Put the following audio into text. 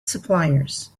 suppliers